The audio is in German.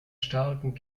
starken